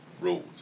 rules